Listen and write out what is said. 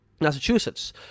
Massachusetts